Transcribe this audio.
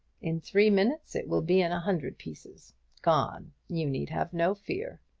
in three minutes it will be in a hundred pieces gone! you need have no fear.